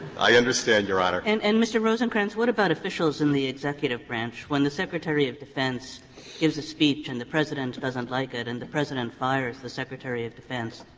i understand, your honor. kagan and and mr. rosenkranz, what about officials in the executive branch? when the secretary of defense gives a speech and the president doesn't like it and the president fires the secretary of defense,